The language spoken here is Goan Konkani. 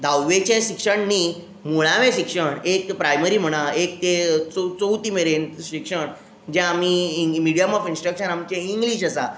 धाव्वेचें शिक्षण न्ही मुळावें शिक्षण एक प्रायमरी म्हणा एक ते चवथी मेरेन शिक्षण जें आमी मिडीयम ऑफ इंन्स्ट्रक्शन आमचें इंग्लीश आसा